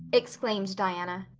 exclaimed diana.